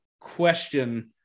question